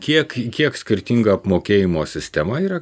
kiek kiek skirtinga apmokėjimo sistema yra